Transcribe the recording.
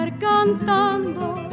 cantando